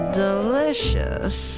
delicious